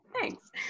thanks